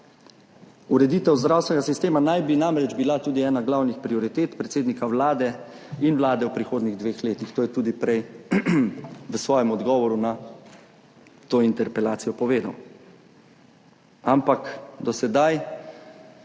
Ureditev zdravstvenega sistema naj bi namreč bila tudi ena glavnih prioritet predsednika Vlade in Vlade v prihodnjih dveh letih, to je tudi prej v svojem odgovoru na to interpelacijo povedal. Ampak do sedaj